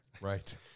Right